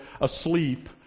asleep